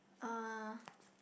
uh